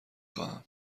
خواهم